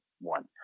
one